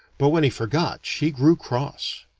but when he forgot, she grew cross.